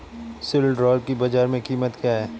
सिल्ड्राल की बाजार में कीमत क्या है?